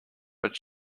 but